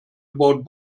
about